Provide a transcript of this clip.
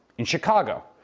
in chicago,